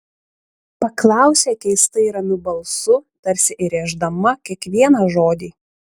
paklausė keistai ramiu balsu tarsi įrėždama kiekvieną žodį